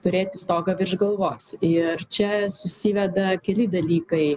turėti stogą virš galvos ir čia susiveda keli dalykai